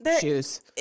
shoes